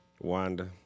Wanda